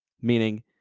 Meaning